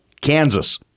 Kansas